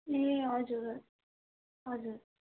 ए हजुर हजुर